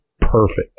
perfect